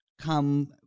come